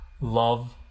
love